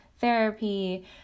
therapy